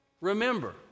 remember